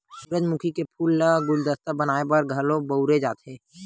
सूरजमुखी के फूल ल गुलदस्ता बनाय बर घलो बउरे जाथे